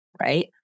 Right